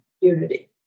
unity